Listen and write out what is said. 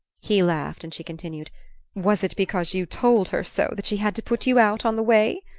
he laughed, and she continued was it because you told her so that she had to put you out on the way?